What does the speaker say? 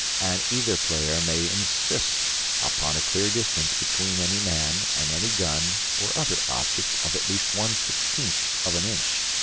and either player may insist upon a clear distance between any man and any gun or other object of at least one-sixteenth of an inch.